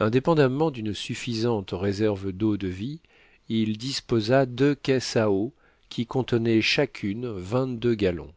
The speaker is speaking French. indépen damment d'une suffisante réserve d'eau-de-vie il disposa deux caisses à eau qui contenaient chacune vingt-deux gallons